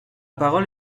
parole